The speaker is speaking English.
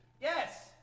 Yes